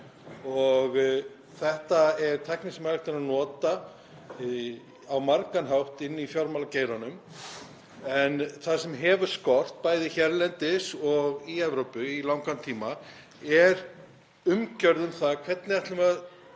og þetta er tækni sem hægt er að nota á margan hátt í fjármálageiranum. En það sem hefur skort, bæði hérlendis og í Evrópu, í langan tíma er umgjörð um það hvernig við ætlum að